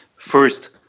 First